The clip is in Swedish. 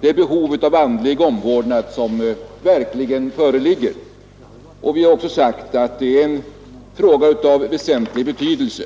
det behov av andlig omvårdnad som verkligen föreligger. Utskottet har även sagt att det är en fråga av väsentlig betydelse.